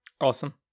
Awesome